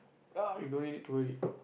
ah you don't really need to worry